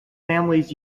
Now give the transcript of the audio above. families